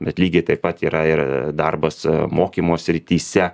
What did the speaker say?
bet lygiai taip pat yra ir darbas mokymo srityse